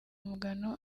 mugano